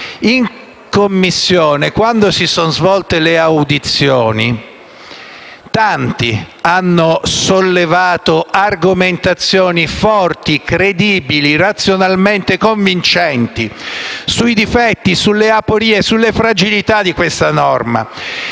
In Commissione, quando si sono svolte le audizioni, tanti hanno sollevato argomentazioni forti, credibili e razionalmente convincenti sui difetti, le aporie e le fragilità di questa norma